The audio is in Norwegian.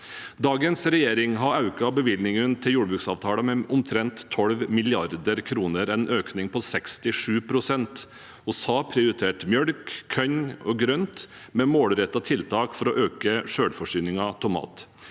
Dagens regjering har økt bevilgningene til jordbruksavtalen med omtrent 12 mrd. kr – en økning på 67 pst. Vi har prioritert melk, korn og grønt med målrettede tiltak for å øke selvforsyningen av mat.